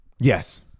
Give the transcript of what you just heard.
yes